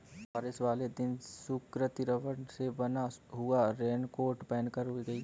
बारिश वाले दिन सुकृति रबड़ से बना हुआ रेनकोट पहनकर गई